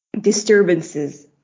disturbances